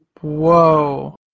Whoa